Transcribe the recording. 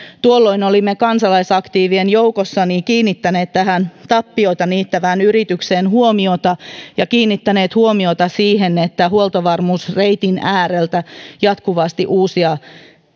tuolloin olimme kansalaisaktiivien joukossa kiinnittäneet tähän tappiota niittävään yritykseen huomiota ja kiinnittäneet huomiota siihen että huoltovarmuusreitin ääreltä jatkuvasti uusia